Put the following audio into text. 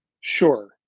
sure